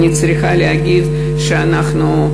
אני צריכה להגיד שאנחנו,